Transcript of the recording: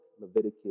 Leviticus